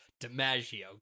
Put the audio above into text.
dimaggio